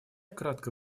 кратко